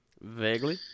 Vaguely